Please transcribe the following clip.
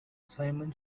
simon